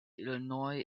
illinois